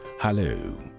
Hello